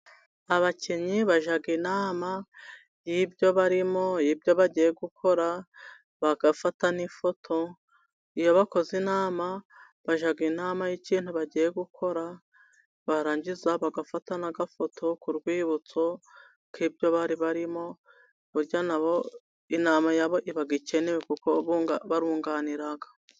Abakinnyi bajya inama y'ibyo barimo, ibyo bagiye gukora, bagafata n'ifoto, iyo bakoze inama bajya inama y'ikintu bagiye gukora, barangiza bagafata n'agafoto k'urwibutso k'ibyo bari barimo, burya na bo inama ya bo iba ikenewe, kuko barunganira.